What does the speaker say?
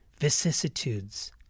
vicissitudes